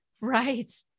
Right